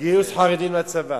גיוס חרדים לצבא,